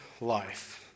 life